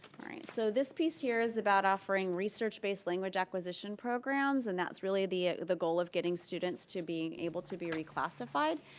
alright so this piece here is about offering research based language acquisition programs and that's really the the goal of getting students to be able to be reclassified.